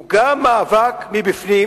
הוא גם מאבק מבפנים